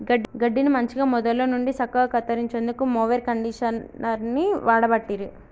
గడ్డిని మంచిగ మొదళ్ళ నుండి సక్కగా కత్తిరించేందుకు మొవెర్ కండీషనర్ని వాడబట్టిరి